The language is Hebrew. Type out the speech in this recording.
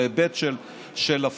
בהיבט של הפלסטינים,